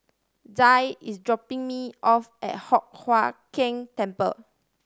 Zaire is dropping me off at Hock Huat Keng Temple